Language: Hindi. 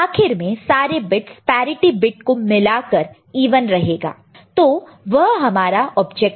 आखिर में सारे बिट्स पैरिटि बिट को मिलाकर इवन रहेगा तो तो वह हमारा ऑब्जेक्टिव है